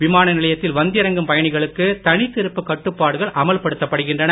விமான நிலையத்தில் வந்திறங்கும் பயணிகளுக்கு தனித்திருப்பு கட்டுப்பாடுகள் அமல் படுத்தப்படுகின்றன